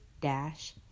dash